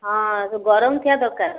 ହଁ ସବୁ ଗରମ ଥିବା ଦରକାର